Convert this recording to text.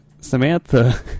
Samantha